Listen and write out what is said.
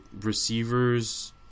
receivers